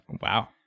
Wow